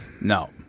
No